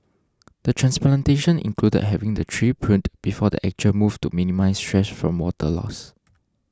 the transplantation included having the tree pruned before the actual move to minimise stress from water loss